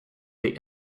they